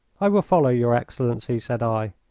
i will follow your excellency, said i.